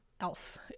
else